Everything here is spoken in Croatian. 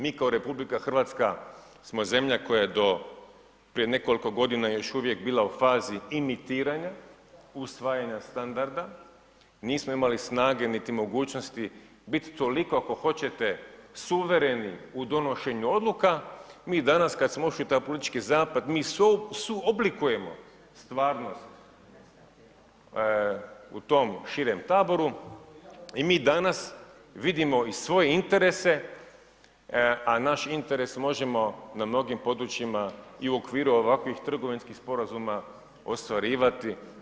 Mi kao RH smo zemlja koja je do prije nekoliko godina još uvijek bila u fazi imitiranja, usvajanja standarda, nismo imali snage niti mogućnosti biti toliko ako hoćete suvereni u donošenju odluka, mi danas kada smo ušli u taj politički zapad, mi suoblikujemo stvarnost u tom širem taboru i mi danas vidimo i svoje interese a naš interes možemo na mnogim područjima i u okviru ovakvih trgovinskih sporazuma ostvarivati.